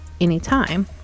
anytime